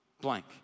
blank